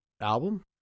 album